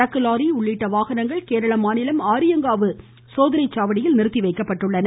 சரக்குலாரி உள்ளிட்ட வாகனங்கள் கேரள மாநிலம் ஆரியங்காவு சோதனை சாவடியில் நிறுத்திவைக்கப்பட்டுள்ளன